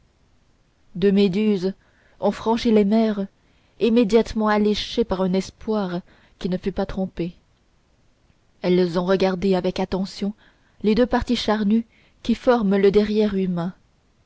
deux méduses ont franchi les mers immédiatement alléchées par un espoir qui ne fut pas trompé elles ont regardé avec attention les deux parties charnues qui forment le derrière humain